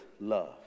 love